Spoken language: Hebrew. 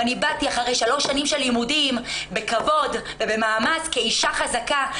ואני באתי אחרי שלוש שנים של לימודים בכבוד ובמעמד כאישה חזקה,